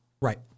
Right